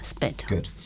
good